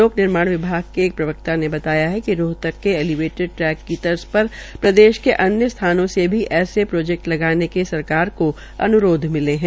लोक निर्माण विभाग के एक प्रवक्ता ने बताया कि रोहतक के पहले ऐलीवेटिड ट्रैक की तर्ज पर प्रदेश के अन्य स्थानों पर भी ऐसे प्रोजैक्ट लगाने के सरकार को अन्रोध मिले हैं